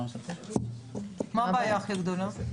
מה הבעיה הכי גדולה?